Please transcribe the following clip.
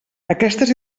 aquestes